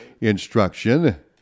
instruction